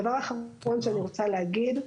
הדבר האחרון שאני רוצה להגיד,